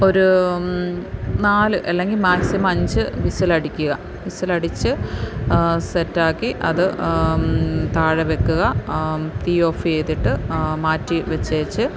ഒരു നാല് അല്ലെങ്കിൽ മാക്സിമം അഞ്ച് വിസിലടിക്കുക വിസിലടിച്ച് സെറ്റാക്കി അത് താഴെ വയ്ക്കുക തീ ഓഫെയ്തിട്ട് മാറ്റിവച്ചേച്ച്